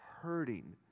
hurting